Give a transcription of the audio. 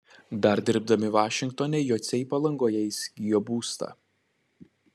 dar dirbdami vašingtone jociai palangoje įsigijo būstą